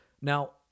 Now